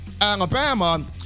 Alabama